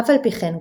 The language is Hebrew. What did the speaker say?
אף על פי כן,